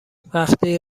وقتی